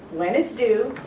when it's due,